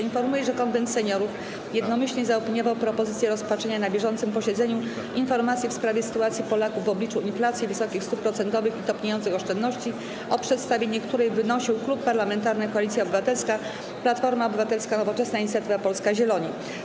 Informuję, że Konwent Seniorów jednomyślnie zaopiniował propozycję rozpatrzenia na bieżącym posiedzeniu informacji w sprawie sytuacji Polaków w obliczu inflacji, wysokich stóp procentowych i topniejących oszczędności, o przedstawienie której wnosił Klub Parlamentarny Koalicja Obywatelska - Platforma Obywatelska, Nowoczesna, Inicjatywa Polska, Zieloni.